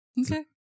Okay